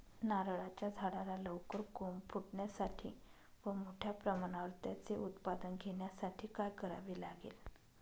नारळाच्या झाडाला लवकर कोंब फुटण्यासाठी व मोठ्या प्रमाणावर त्याचे उत्पादन घेण्यासाठी काय करावे लागेल?